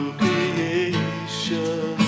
creation